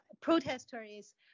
protesters